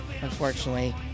unfortunately